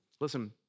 Listen